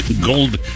gold